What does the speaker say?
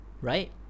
right